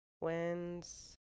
wins